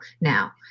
now